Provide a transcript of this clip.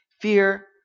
Fear